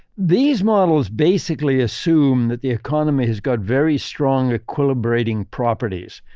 these models basically assume that the economy has got very strong equilibrating properties,